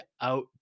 out